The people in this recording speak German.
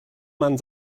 man